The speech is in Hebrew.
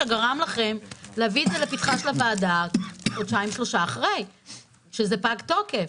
שגרם לכם להביא את זה לפתחה של הוועדה חודשיים-שלושה אחרי שזה פג תוקף.